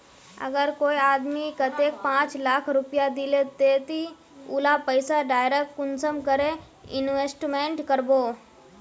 अगर कोई आदमी कतेक पाँच लाख रुपया दिले ते ती उला पैसा डायरक कुंसम करे इन्वेस्टमेंट करबो?